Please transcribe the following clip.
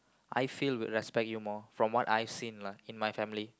I feel will respect you more from what I seen lah in my family